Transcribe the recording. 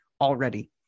already